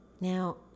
Now